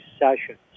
sessions